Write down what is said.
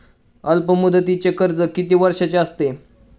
अल्पमुदतीचे कर्ज किती वर्षांचे असते?